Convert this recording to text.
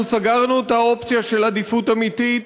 אנחנו סגרנו את האופציה של עדיפות אמיתית